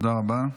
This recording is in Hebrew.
תודה רבה.